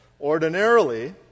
Ordinarily